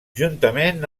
juntament